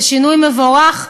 זה שינוי מבורך.